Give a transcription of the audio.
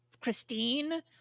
Christine